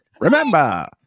Remember